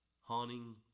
haunting